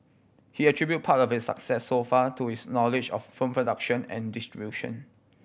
he attribute part of its success so far to his knowledge of film production and distribution